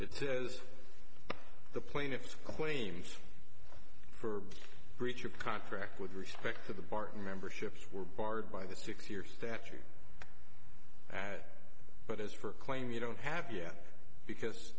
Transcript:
it says the plaintiffs claims for breach of contract with respect to the barton memberships were barred by the six year statute at but as for a claim you don't have yet because